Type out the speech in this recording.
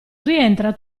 rientra